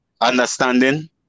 understanding